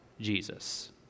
Jesus